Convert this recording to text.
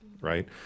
right